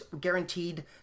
guaranteed